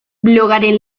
blogaren